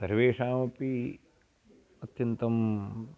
सर्वेषामपि अत्यन्तं